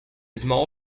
small